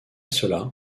cela